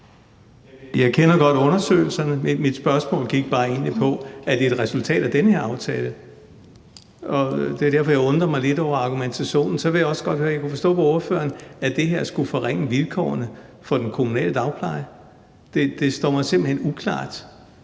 Jeg kender godt undersøgelserne. Mit spørgsmål gik egentlig bare på: Er det et resultat af den her aftale? Det er derfor, jeg undrer mig lidt over argumentationen. Jeg kunne forstå på ordføreren, at det her skulle forringe vilkårene for den kommunale dagpleje. Det står mig simpelt hen uklart,